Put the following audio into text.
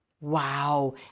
Wow